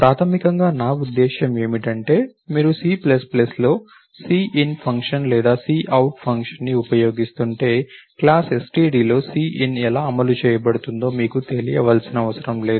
ప్రాథమికంగా నా ఉద్దేశ్యం ఏమిటంటే మీరు Cలో c in ఫంక్షన్ లేదా c out ఫంక్షన్ని ఉపయోగిస్తుంటే క్లాస్ stdలో c in ఎలా అమలు చేయబడుతుందో మీకు తెలియనవసరం లేదు